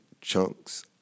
chunks